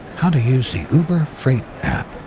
how to use the uber freight app.